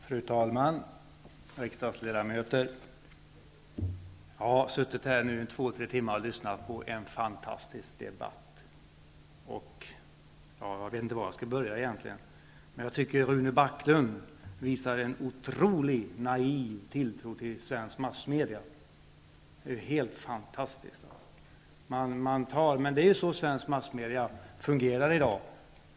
Fru talman! Riksdagsledamöter! Jag har nu suttit här i två tre timmar och lyssnat på en fantastisk debatt. Jag vet inte riktigt var jag skall börja. Jag tycker att Rune Backlund visar en otrolig naiv tilltro till svensk massmedia. Det är helt fantastiskt. Men det är ju så svensk massmedia fungerar i dag.